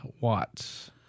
watts